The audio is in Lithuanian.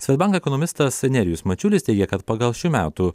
swedbank ekonomistas nerijus mačiulis teigia kad pagal šių metų